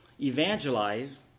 evangelize